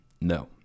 No